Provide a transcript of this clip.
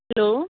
hello